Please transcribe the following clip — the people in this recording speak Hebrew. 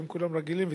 שהם כולם רגילים לו,